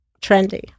Trendy